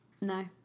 no